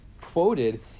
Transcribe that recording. quoted